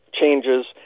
changes